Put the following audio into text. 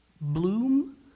bloom